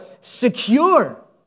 secure